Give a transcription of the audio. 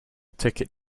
ticket